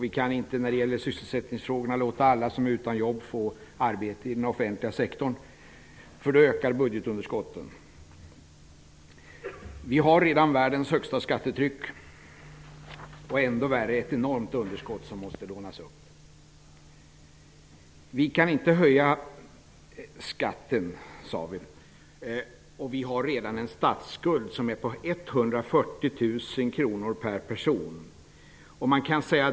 Vi kan inte heller låta alla som är utan jobb få arbeten i den offentliga sektorn. Då skulle budgetunderskottet öka. Vi har redan världens högsta skattetryck. Vad värre är, vi har ett enormt underskott som måste lånas upp. Det sades att vi inte kan höja skatten. Vi har redan en statsskuld på 140 000 kr. per person.